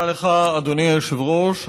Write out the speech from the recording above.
תודה לך, אדוני היושב-ראש.